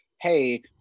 Hey